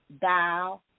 thou